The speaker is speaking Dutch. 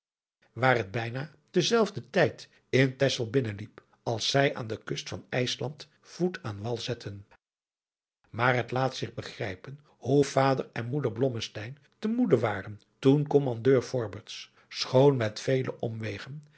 waar het bijna ten zelfden tijd in texel binnen liep als zij aan de kust van ijsland voet aan wal zetten maar het laat zich begrijpen hoe vader en moeder blommesteyn te moede waren toen kommandeur fobberts schoon met vele omwegen